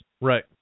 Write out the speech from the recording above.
Right